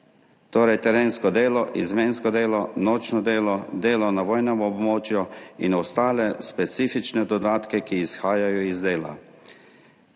torej terensko delo, izmensko delo, nočno delo, delo na vojnem območju in ostale specifične dodatke, ki izhajajo iz dela.